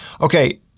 Okay